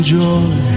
joy